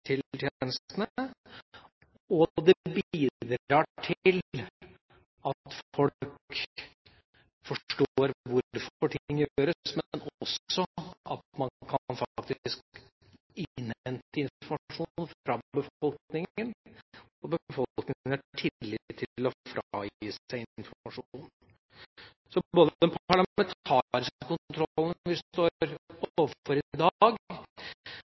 det bidrar til at folk forstår hvorfor ting gjøres, men også at man faktisk kan innhente informasjon fra befolkningen, og befolkningen har tillit til å gi fra seg informasjon. Så vi står overfor den parlamentariske kontrollen i dag,